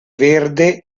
verde